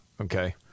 Okay